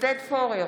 עודד פורר,